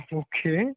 okay